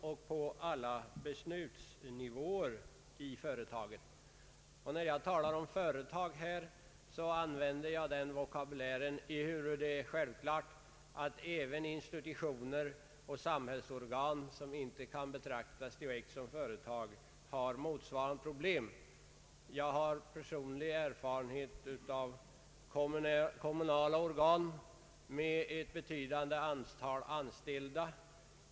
De anställda bör få medverka på alla beslutsnivåer i företagen. Jag använder ordet företag, fastän det är självklart att även institutioner och samhällsorgan, som inte kan betraktas direkt som företag, har motsvarande problem. Jag har personlig erfarenhet av kommunala organ med ett betydande antal anställda.